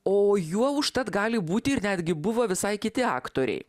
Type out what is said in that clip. o juo užtat gali būti ir netgi buvo visai kiti aktoriai